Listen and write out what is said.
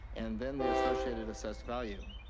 and then the associated assessed value.